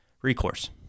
Recourse